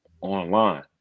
online